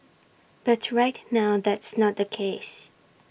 but right now that's not the case